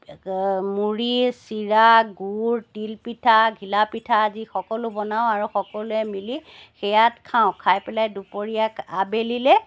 মুড়ী চিৰা গুৰ তিলপিঠা ঘিলাপিঠা আদি সকলো বনাওঁ আৰু সকলোৱে মিলি সেয়াত খাওঁ খাই পেলাই দুপৰীয়া আবেলিলৈ